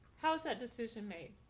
how's that decision made?